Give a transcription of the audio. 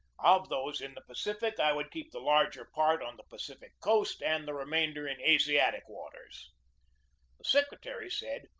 of those in the pacific, i would keep the larger part on the pacific coast and the remainder in asiatic waters. the secretary said,